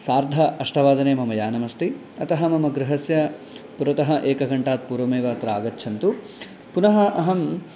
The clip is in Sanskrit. सार्ध अष्टवादने मम यानमस्ति अतः मम गृहस्य पुरतः एकघण्टात् पूर्वमेव अत्र आगच्छन्तु पुनः अहम्